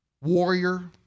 warrior